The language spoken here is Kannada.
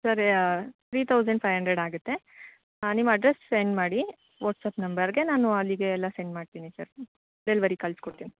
sir three thousand five hundred ಆಗುತ್ತೆ ನಿಮ್ಮ ಅಡ್ರೆಸ್ಸ್ ಸೆಂಡ್ ಮಾಡಿ ವಾಟ್ಸಪ್ ನಂಬರ್ಗೆ ನಾನು ಅಲ್ಲಿಗೆ ಎಲ್ಲ ಸೆಂಡ್ ಮಾಡ್ತೀನಿ ಸರ್ ಡೆಲ್ವರಿ ಕಳ್ಸ್ಕೊಡ್ತೀನಿ